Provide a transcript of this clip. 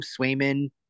Swayman